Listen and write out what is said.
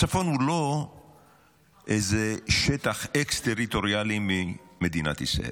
הצפון הוא לא איזה שטח אקס-טריטוריאלי ממדינת ישראל.